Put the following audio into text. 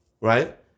Right